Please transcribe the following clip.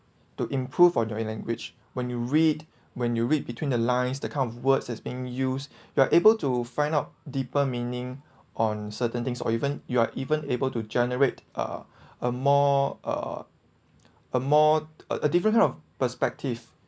to improve on your language when you read when you read between the lines the kind of words has being used you are able to find out deeper meaning on certain things or even you are even able to generate uh a more uh a more a a different kind of perspective